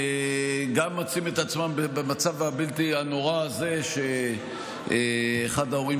שגם מוצאים את עצמם במצב הנורא הזה שאחד ההורים